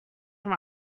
from